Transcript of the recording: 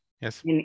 yes